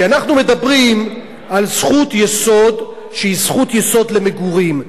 כי אנחנו מדברים על זכות יסוד שהיא זכות יסוד למגורים.